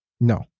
no